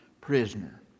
prisoner